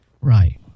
Right